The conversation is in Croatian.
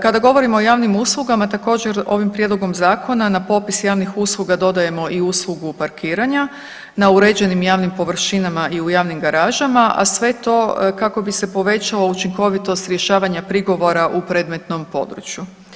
Kada govorimo o javnim uslugama također ovim prijedlogom zakona na popis javnih usluga dodajemo i uslugu parkiranja na uređenim javnim površinama i u javnim garažama, a sve to kako bi se povećala učinkovitost rješavanja prigovora u predmetnom području.